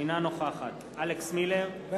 אינה נוכחת אלכס מילר,